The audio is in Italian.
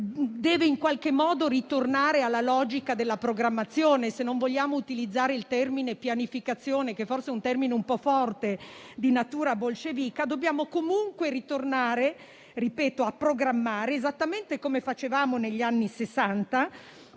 deve ritornare alla logica della programmazione (se non vogliamo utilizzare il termine "pianificazione" che forse è un po' forte e di natura bolscevica) e dobbiamo ritornare a programmare, esattamente come facevamo negli anni Sessanta,